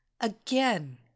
Again